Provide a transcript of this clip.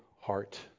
heart